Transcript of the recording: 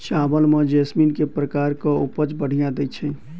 चावल म जैसमिन केँ प्रकार कऽ उपज बढ़िया दैय छै?